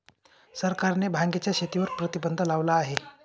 सरकारने भांगेच्या शेतीवर प्रतिबंध लावला आहे